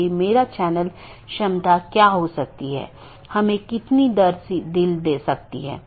क्योंकि पूर्ण मेश की आवश्यकता अब उस विशेष AS के भीतर सीमित हो जाती है जहाँ AS प्रकार की चीज़ों या कॉन्फ़िगरेशन को बनाए रखा जाता है